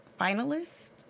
finalist